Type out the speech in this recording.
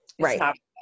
right